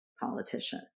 politician